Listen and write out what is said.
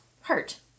hurt